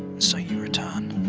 so you return.